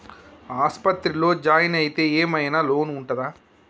ఆస్పత్రి లో జాయిన్ అయితే ఏం ఐనా లోన్ ఉంటదా?